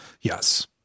yes